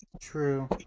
True